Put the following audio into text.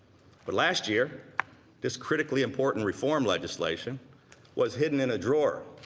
but last year this critically important reform legislation was hidden in a drawer.